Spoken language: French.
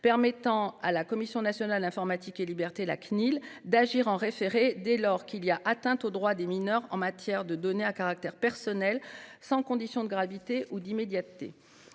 permettant à la Commission nationale de l'informatique et des libertés d'agir en référé dès lors qu'il y a une atteinte aux droits des mineurs en matière de données à caractère personnel, sans condition de gravité ou d'immédiateté.